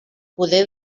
poder